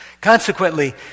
Consequently